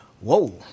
whoa